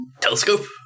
telescope